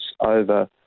over